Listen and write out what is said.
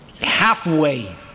halfway